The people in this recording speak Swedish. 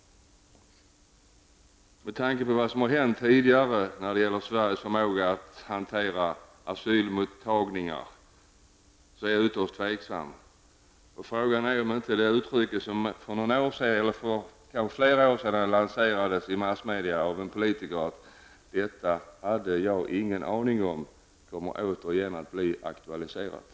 Med tanke på vad som har hänt tidigare när det gäller Sveriges förmåga att hantera asylmottagningar är det ytterst osäkert. Frågan är om inte det uttryck som för flera år sedan lanserades i massmedia av en politiker -- detta hade jag ingen aning om -- återigen kommer att aktualiseras.